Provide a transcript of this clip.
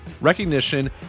recognition